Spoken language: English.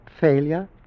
failure